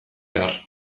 behar